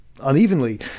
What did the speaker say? unevenly